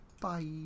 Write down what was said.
Bye